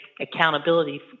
accountability